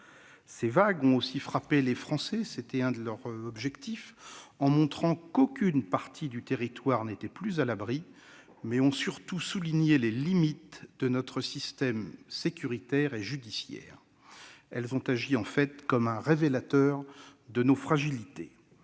Ces vagues ont non seulement frappé les Français- c'était l'un de leurs objectifs -en montrant qu'aucune partie du territoire n'était plus à l'abri, mais ont surtout souligné les limites de notre système sécuritaire et judiciaire. Elles ont agi comme un révélateur de nos fragilités.